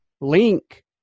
link